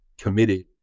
committed